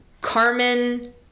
Carmen